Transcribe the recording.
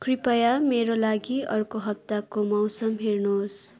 कृपया मेरो लागि अर्को हप्ताको मौसम हेर्नुहोस्